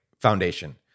Foundation